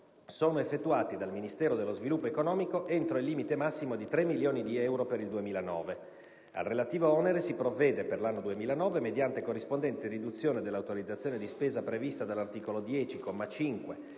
sono effettuati dal Ministero dello sviluppo economico entro il limite massimo di tre milioni di euro per il 2009. Al relativo onere si provvede per l'anno 2009 mediante corrispondente riduzione dell'autorizzazione di spesa prevista dall'articolo 10,